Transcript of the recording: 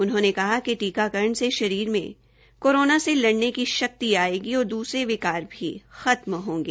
उन्होंने कहा कि टीकाकरण से शरीर में कोरोना से लड़ने की शक्ति आयेगी और दूसरे विकार भी खत्म होंगे